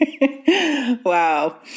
wow